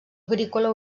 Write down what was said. agrícola